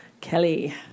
Kelly